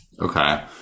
Okay